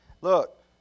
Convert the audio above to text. look